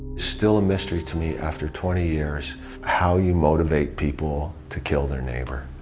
still a mystery to me after twenty years how you motivate people to kill their neighbour.